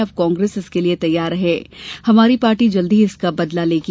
अब कांग्रेस इसके लिये तैयार रहे कि हमारी पार्टी जल्दी ही इसका बदला लेगी